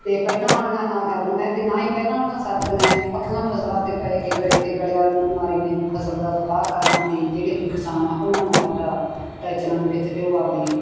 ਅਤੇ ਪਹਿਲਾਂ ਵਾਲੀਆਂ ਨਾ ਗਰਮੀਆਂ ਆ ਅਤੇ ਨਾ ਹੀ ਪਹਿਲਾਂ ਵਾਲੀਆਂ ਸਰਦੀਆਂ ਆ ਪੱਕੀਆਂ ਫਸਲਾਂ 'ਤੇ ਪੈ ਕੇ ਗੜੇ ਅਤੇ ਗੜੇਮਾਰੀ ਨੇ ਫਸਲ ਦਾ ਤਬਾਹ ਕਰਨਾ ਅਤੇ ਜਿਹੜੇ ਵੀ ਕਿਸਾਨ ਆ ਉਹਨਾਂ ਨੂੰ ਆਪਦਾ ਟੈਸ਼ਨਾਂ ਦੇ ਵਿੱਚ ਅਤੇ ਉਹ ਆਪਦੀ